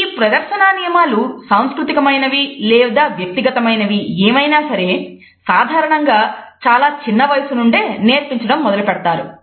ఈ ప్రదర్శన నియమాలు సాంస్కృతిక మైనవి లేదా వ్యక్తిగతమైనవి ఏమైనా సరే సాధారణంగా చాలా చిన్న వయస్సు నుండే నేర్పించడం మొదలుపెడతారు